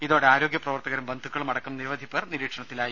ഇതോടെ ആരോഗ്യ പ്രവർത്തകരും ബന്ധുക്കളും അടക്കം നിരവധി പേർ നിരീക്ഷണത്തിലായി